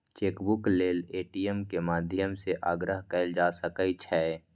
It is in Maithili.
चेकबुक लेल ए.टी.एम के माध्यम सं आग्रह कैल जा सकै छै